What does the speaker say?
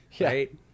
right